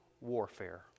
warfare